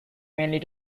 mainly